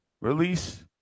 Release